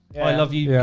i love you yeah